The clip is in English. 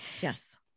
Yes